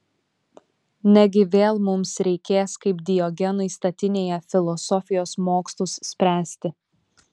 negi vėl mums reikės kaip diogenui statinėje filosofijos mokslus spręsti